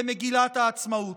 למגילת העצמאות.